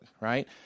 right